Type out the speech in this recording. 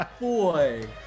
boy